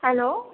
hello